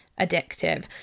addictive